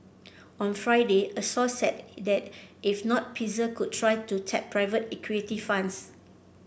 on Friday a source said that if not Pfizer could try to tap private equity funds